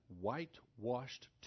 whitewashed